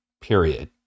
Period